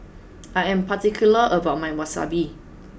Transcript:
I am particular about my Wasabi